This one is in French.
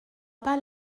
pas